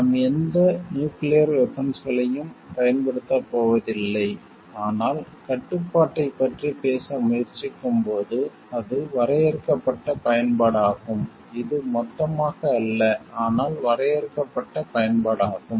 நாம் எந்த நியூக்கிளியர் வெபன்ஸ்களையும் பயன்படுத்தப் போவதில்லை ஆனால் கட்டுப்பாட்டைப் பற்றி பேச முயற்சிக்கும்போது அது வரையறுக்கப்பட்ட பயன்பாடாகும் அது மொத்தமாக அல்ல ஆனால் வரையறுக்கப்பட்ட பயன்பாடாகும்